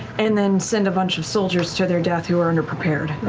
and then send a bunch of soldiers to their death who are under prepared.